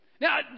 Now